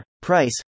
price